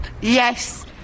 Yes